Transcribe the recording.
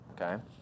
Okay